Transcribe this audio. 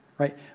right